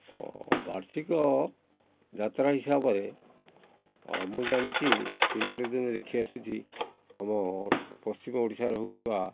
ବାର୍ଷିକ ଯାତ୍ରା ହିସାବରେ ମୁଁ ଜାଣିଛି ପିଲାଟି ଦିନରୁ ଦେଖି ଆସୁଛି ଆମ ପଶ୍ଚିମ ଓଡ଼ିଶାରେ ହେଉଥିବା